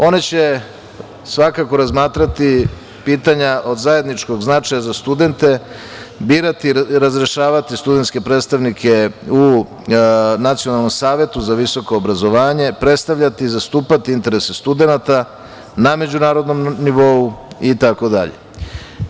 One će svakako razmatrati pitanja od zajedničkog značaja za studente, birati i razrešavati studentske predstavnike u Nacionalnom savetu za visoko obrazovanje, predstavljati, zastupati interese studenata na međunarodnom nivou i tako dalje.